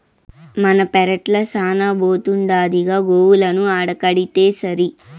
మన పెరట్ల శానా బోతుండాదిగా గోవులను ఆడకడితేసరి